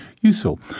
useful